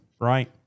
right